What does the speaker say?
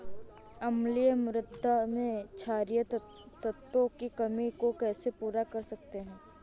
अम्लीय मृदा में क्षारीए तत्वों की कमी को कैसे पूरा कर सकते हैं?